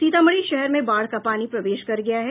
सीतामढ़ी शहर में बाढ़ का पानी प्रवेश कर गया है